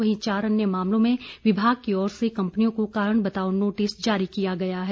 वहीं चार अन्य मामलों में विभाग की ओर से कंपनियों को कारण बताओ नोटिस जारी किया गया है